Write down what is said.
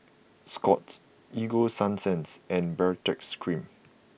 Scott's Ego Sunsense and Baritex Cream